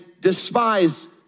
despise